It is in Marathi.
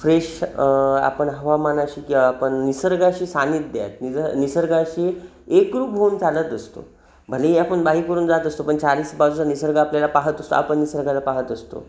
फ्रेश आपण हवामानाशी किंवा आपण निसर्गाशी सान्निध्यात नि निसर्गाशी एकरूप होऊन चालत असतो भलेही आपण बाईक करून जात असतो पण चारी बाजूचा निसर्ग आपल्याला पाहत असतो आपण निसर्गाला पाहत असतो